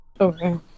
Okay